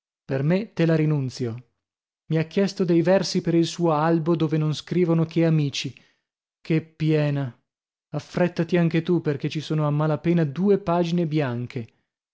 per me te la rinunzio mi ha chiesto dei versi per il suo albo dove non scrivono che amici che piena affrèttati anche tu perchè ci sono a mala pena due pagine bianche